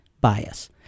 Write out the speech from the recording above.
bias